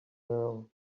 now